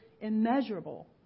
immeasurable